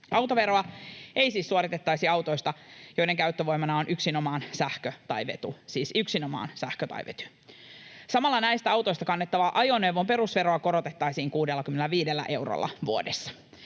Autoveroa ei siis suoritettaisi autoista, joiden käyttövoimana on yksinomaan sähkö tai vety — siis yksinomaan sähkö tai vety. Samalla näistä autoista kannettavaa ajoneuvon perusveroa korotettaisiin 65 eurolla vuodessa.